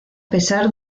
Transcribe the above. pesar